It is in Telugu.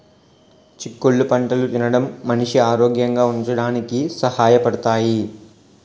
చిక్కుళ్ళు పంటలు తినడం మనిషి ఆరోగ్యంగా ఉంచడానికి సహాయ పడతాయి